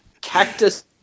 Cactus